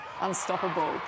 unstoppable